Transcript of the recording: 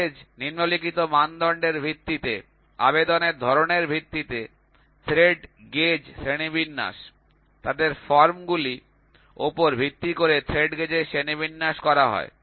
thread gauge নিম্নলিখিত মানদণ্ডের ভিত্তিতে আবেদনের ধরণের ভিত্তিতে থ্রেড গেজ শ্রেণিবিন্যাস তাদের ফর্মগুলির উপর ভিত্তি করে থ্রেড গেজ এর শ্রেণিবিন্যাস করা হয়